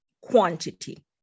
quantity